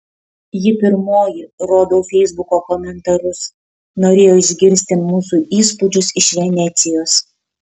ji pirmoji rodau feisbuko komentarus norėjo išgirsti mūsų įspūdžius iš venecijos